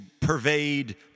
pervade